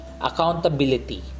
accountability